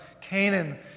Canaan